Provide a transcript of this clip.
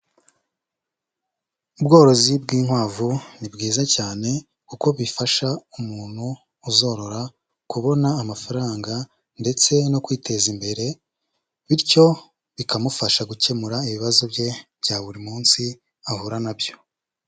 Ubworozi bw'inkwavu ni bwiza cyane kuko bifasha umuntu uzorora kubona amafaranga ndetse no kwiteza imbere, bityo bikamufasha gukemura ibibazo bye bya buri munsi ahura nabyo.